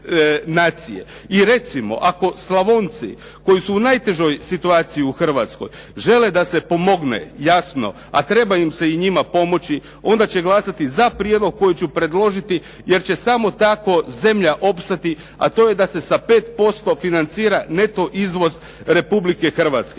I recimo ako Slavonci koji su u najtežoj situaciji u Hrvatskoj, žele da se pomogne jasno, a treba se i njima pomoći, onda će glasati za prijedlog koji ću predložiti, jer će sam tako zemlja opstati, a to je da se 5% financira neto izvoz Republike Hrvatske.